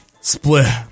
split